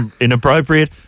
inappropriate